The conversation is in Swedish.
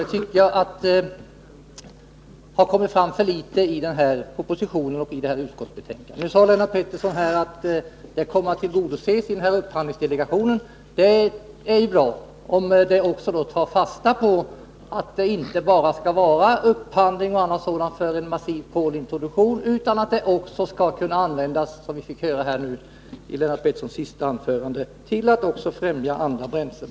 Det har inte kommit fram tillräckligt i propositionen och utskottsbetänkandet. Nu sade Lennart Pettersson att kravet på utnyttjande av inhemska bränslen kommer att tillgodoses i upphandlingsdelegationen. Det är bra. Jag hoppas att den tar fasta på att det inte bara skall ske en upphandling för en massiv kolintroduktion utan att anslaget också, som vi fick höra i Lennart Petterssons senaste anförande, skall kunna användas för att främja utnyttjandet av andra bränslen.